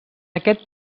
aquest